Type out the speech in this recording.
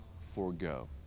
forego